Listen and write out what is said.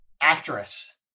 Actress